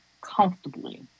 comfortably